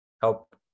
help